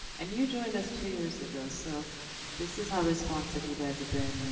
and you joined us two years ago, so this is how responsive you guys have been, you know?